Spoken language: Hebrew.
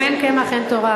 אם אין קמח אין תורה.